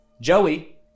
Joey